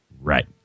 Right